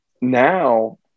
now